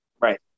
Right